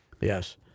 Yes